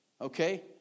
Okay